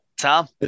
Tom